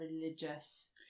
religious